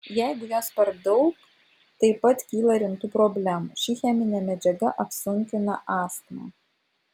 jeigu jos per daug taip pat kyla rimtų problemų ši cheminė medžiaga apsunkina astmą